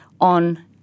on